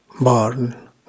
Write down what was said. born